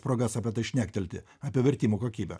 progas apie tai šnektelti apie vertimo kokybę